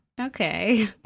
Okay